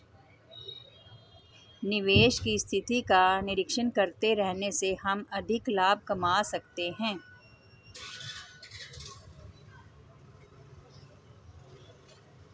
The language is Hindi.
निवेश की स्थिति का निरीक्षण करते रहने से हम अधिक लाभ कमा सकते हैं